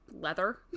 leather